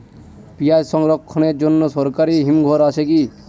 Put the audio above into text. পিয়াজ সংরক্ষণের জন্য সরকারি হিমঘর আছে কি?